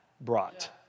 brought